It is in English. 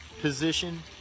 position